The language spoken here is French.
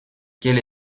quelle